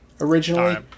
Originally